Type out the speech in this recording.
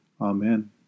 Amen